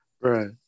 Right